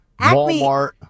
Walmart